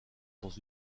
dans